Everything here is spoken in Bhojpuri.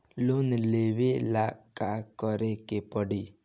लोन लेवे ला का करे के पड़ी?